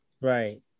Right